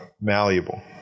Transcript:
malleable